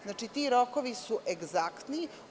Znači, ti rokovi su egzaktni.